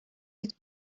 its